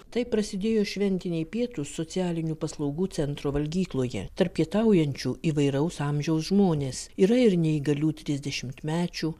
taip prasidėjo šventiniai pietūs socialinių paslaugų centro valgykloje tarp pietaujančių įvairaus amžiaus žmonės yra ir neįgalių trisdešimtmečių